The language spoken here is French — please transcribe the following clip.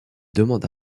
demande